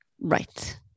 Right